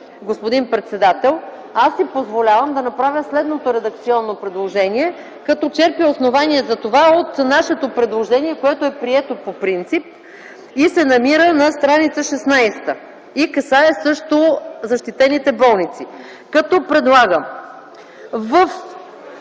господин председател, аз си позволявам да направя следното редакционно предложение като черпя основание за това от нашето предложение, което е прието по принцип и се намира на стр. 16, и касае също защитените болници, като предлагам